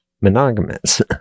monogamous